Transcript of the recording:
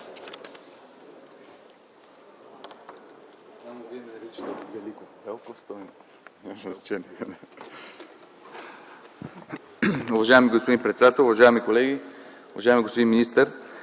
Уважаема госпожо председател, уважаеми колеги! Уважаеми господин министър,